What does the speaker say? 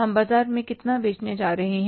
हम बाजार में कितना बेचने जा रहे हैं